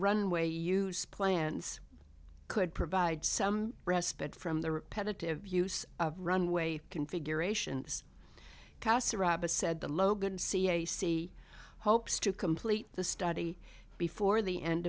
runway use plans could provide some respite from the repetitive use of runway configuration but said the logan c a c hopes to complete the study before the end